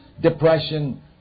depression